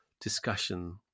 discussion